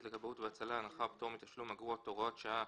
לכבאות והצלה (הנחה או פטור מתשלום אגרות) (הוראת שעה),